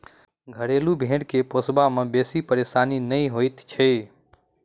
घरेलू भेंड़ के पोसबा मे बेसी परेशानी नै होइत छै